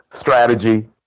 strategy